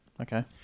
Okay